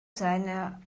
seiner